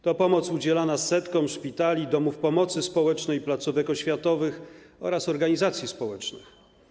To pomoc udzielana setkom szpitali, domów pomocy społecznej, placówek oświatowych oraz organizacji społecznych.